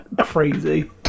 crazy